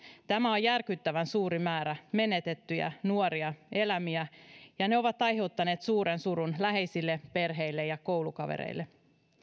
tämä on järkyttävän suuri määrä menetettyjä nuoria elämiä ja ne ovat aiheuttaneet suuren surun läheisille perheille ja koulukavereille